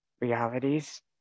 realities